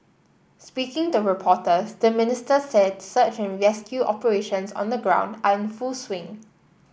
speaking to reporters the Minister said search and rescue operations on the ground are in full swing